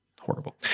horrible